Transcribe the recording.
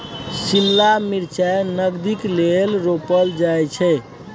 शिमला मिरचाई नगदीक लेल रोपल जाई छै